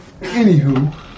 anywho